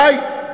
הלוואי.